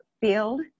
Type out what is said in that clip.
field